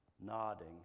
nodding